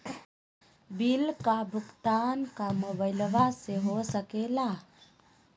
Bill का भुगतान का मोबाइलवा से हो सके ला?